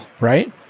right